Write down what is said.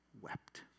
wept